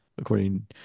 according